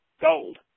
gold